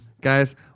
guys